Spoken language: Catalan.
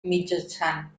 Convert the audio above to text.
mitjançant